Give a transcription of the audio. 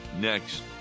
next